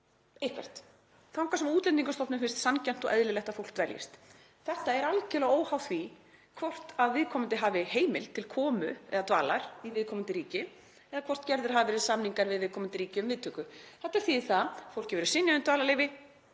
eitthvert, þangað sem Útlendingastofnun finnst sanngjarnt og eðlilegt að fólk dveljist. Þetta er algerlega óháð því hvort viðkomandi hafi heimild til komu eða dvalar í viðkomandi ríki eða hvort gerðir hafa verið samningar við viðkomandi ríki um viðtöku. Þetta þýðir það að fólki verður synjað um dvalarleyfi